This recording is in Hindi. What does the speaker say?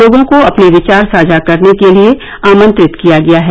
लोगों को अपने विचार साझा करने के लिए आंमत्रित किया गया है